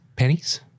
Pennies